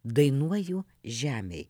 dainuoju žemėj